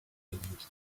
would